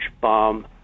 bomb